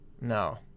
No